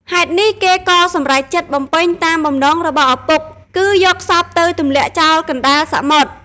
ហេតុនេះ គេក៏សម្រេចចិត្តបំពេញតាមបំណងរបស់ឪពុក គឺយកសពទៅទម្លាក់ចោលកណ្តាលសមុទ្រ។